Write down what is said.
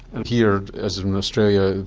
and here, as in australia,